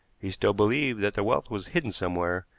he still believed that the wealth was hidden somewhere,